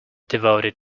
devoted